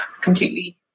completely